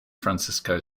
francisco